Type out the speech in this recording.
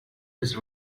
his